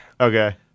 Okay